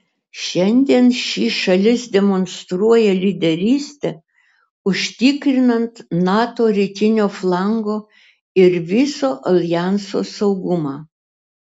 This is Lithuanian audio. šiandien ši šalis demonstruoja lyderystę užtikrinant nato rytinio flango ir viso aljanso saugumą